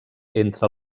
entre